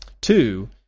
Two